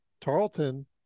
Tarleton